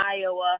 Iowa